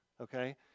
okay